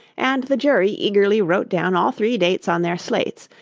and the jury eagerly wrote down all three dates on their slates,